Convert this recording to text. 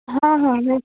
ହଁ ହଁ ସେଇ